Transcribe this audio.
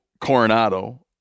coronado